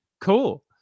cool